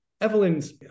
Evelyn's